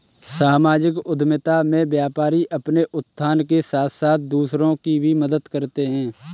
सामाजिक उद्यमिता में व्यापारी अपने उत्थान के साथ साथ दूसरों की भी मदद करते हैं